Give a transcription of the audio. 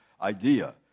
idea